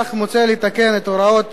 לפיכך מוצע לתקן את הוראות